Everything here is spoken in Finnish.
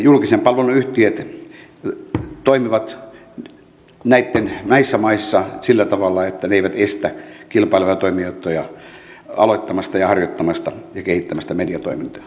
julkisen palvelun yhtiöt toimivat näissä maissa sillä tavalla että ne eivät estä kilpailevia toimijoita aloittamasta harjoittamasta ja kehittämästä mediatoimintoja